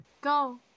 Go